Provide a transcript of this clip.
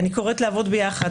אני קוראת לעבוד ביחד,